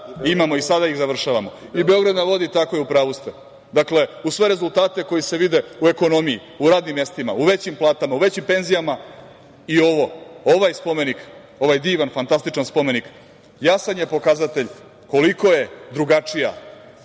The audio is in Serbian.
imamo i sada ih završavamo, Beograd na vodi. Dakle, uz sve rezultate koji se vide u ekonomiji, u radnim mestima, u većim platama, u većim penzijama i ovaj spomenik, ovaj divan, fantastičan spomenik, jasan je pokazatelj koliko je drugačija